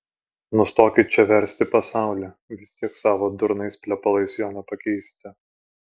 nustokit čia versti pasaulį vis tiek savo durnais plepalais jo nepakeisite